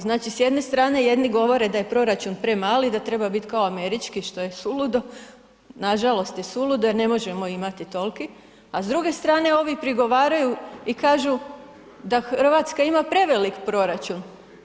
Znači s jedne strane jedni govore da je proračun premali i da treba biti kao američki što je suludo, nažalost je suludo jer ne možemo imati tolki, a s druge strane ovi prigovaraju i kažu da Hrvatska ima prevelik proračun.